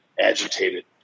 agitated